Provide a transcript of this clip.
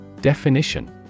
Definition